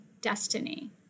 destiny